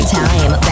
time